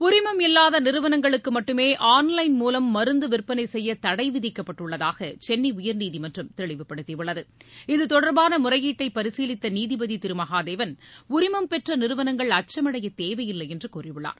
உரிமம் இல்லாத நிறுவனங்களுக்கு மட்டுமே ஆன்லைன் மூலம் மருந்து விற்பனை செய்ய தடை விதிக்கப்பட்டுள்ளதாக சென்னை உயர்நீதிமன்றம் தெளிவுபடுத்தி உள்ளது இது தொடர்பான முறையீட்டை பரிசீலித்த நீதிபதி திரு மகாதேவன் உரிமம் பெற்ற நிறுவனங்கள் அச்சமடையத் தேவையில்லை என்று கூறியுள்ளார்